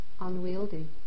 unwieldy